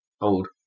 Old